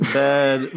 bad